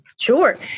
Sure